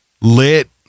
Lit